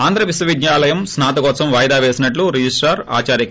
ఆంధ్ర విశ్వవిద్యాలయం స్పా తకోత్సవం వాయిదా వేసినట్లు రిజిస్హార్ ఆచార్య కే